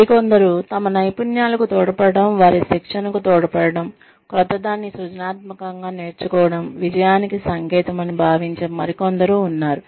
మరికొందరు తమ నైపుణ్యాలకు తోడ్పడటం వారి శిక్షణకు తోడ్పడటం క్రొత్తదాన్ని సృజనాత్మకంగా నేర్చుకోవడం విజయానికి సంకేతం అని భావించే మరికొందరు ఉన్నారు